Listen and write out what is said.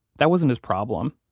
that wasn't his problem.